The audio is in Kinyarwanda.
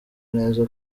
neza